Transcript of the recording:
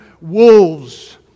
wolves